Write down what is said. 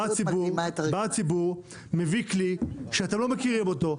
בא הציבור, מביא כלי שאתם לא מכירים אותו,